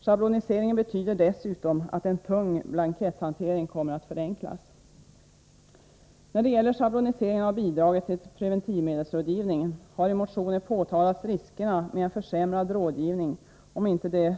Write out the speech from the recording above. Schabloniseringen betyder dessutom att en tung blanketthantering kommer att förenklas. När det gäller schabloniseringen av bidragen till preventivmedelsrådgivningen har man i motioner påtalat riskerna med en försämrad rådgivning, om inte det